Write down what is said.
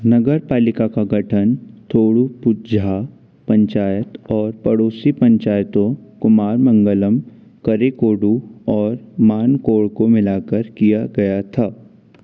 नगरपालिका का गठन थोडुपुझा पंचायत और पड़ोसी पंचायतों कुमारमंगलम करिकोडु और मानकौड को मिलाकर किया गया था